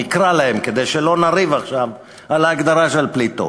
נקרא להם כדי שלא נריב עכשיו על ההגדרה של פליטות,